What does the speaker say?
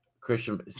Christian